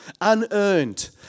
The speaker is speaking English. unearned